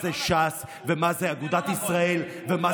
זה לא נכון.